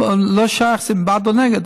לא שייך אם בעד או נגד,